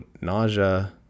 nausea